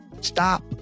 stop